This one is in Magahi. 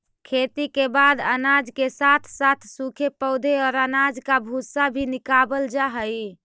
खेती के बाद अनाज के साथ साथ सूखे पौधे और अनाज का भूसा भी निकावल जा हई